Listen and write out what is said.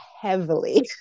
heavily